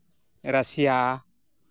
Russia